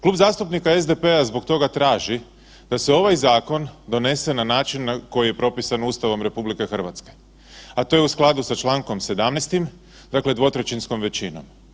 Klub zastupnika SDP-a zbog toga traži da se ovaj zakon donese na način koji je propisan Ustavom RH, a to je u skladu sa čl. 17. dakle dvotrećinskom većinom.